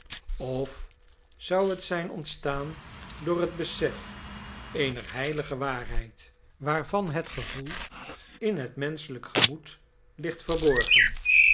of zou het zijn ontstaan door het besef eener heilige waarheid waarvan het gevoel in het menschelijk gemoed ligt verborgen